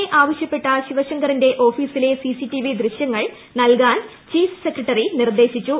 A ആവശ്യപ്പെട്ട ശിവശങ്കറിന്റെ ഓഫീസിലെ സിസിടിവി ദൃശ്യങ്ങൾ നല്കാൻ ചീഫ് സെക്രട്ടറി നിർദ്ദേശിച്ചു